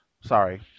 Sorry